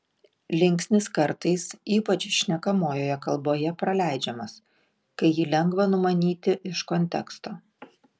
linksnis kartais ypač šnekamojoje kalboje praleidžiamas kai jį lengva numanyti iš konteksto